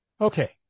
Okay